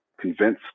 convince